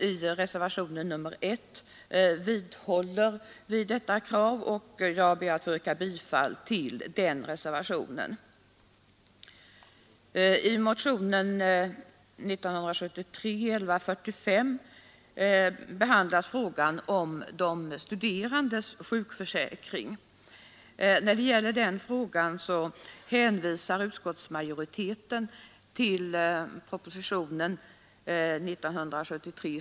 I reservationen 1 vidhåller vi detta krav, och jag ber att få yrka bifall till den reservationen.